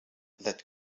that